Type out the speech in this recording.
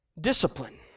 Discipline